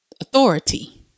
authority